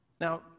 Now